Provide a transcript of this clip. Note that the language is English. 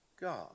God